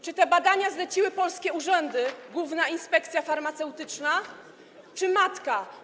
Czy te badania zleciły polskie urzędy, główna inspekcja farmaceutyczna, czy matka?